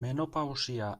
menopausia